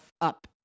up